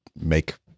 make